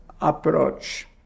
approach